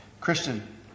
Christian